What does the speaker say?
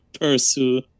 pursue